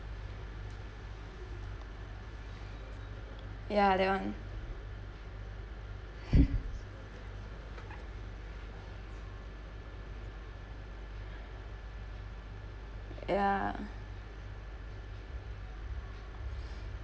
ya that [one] ya